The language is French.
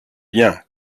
bien